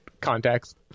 context